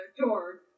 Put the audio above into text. door